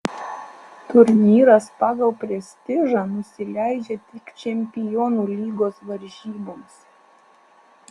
turnyras pagal prestižą nusileidžia tik čempionų lygos varžyboms